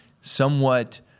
somewhat